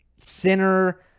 Sinner